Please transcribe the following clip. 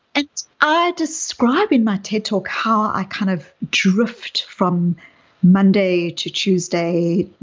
and i describe in my ted talk how i kind of drift from monday to tuesday,